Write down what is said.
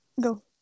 go